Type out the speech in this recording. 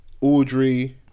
Audrey